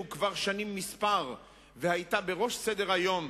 כבר שנים מספר והיתה גם בראש סדר-היום